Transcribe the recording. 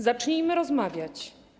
Zacznijmy rozmawiać.